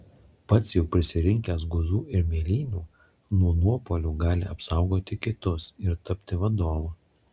pats jau prisirinkęs guzų ir mėlynių nuo nuopuolių gali apsaugoti kitus ir tapti vadovu